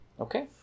okay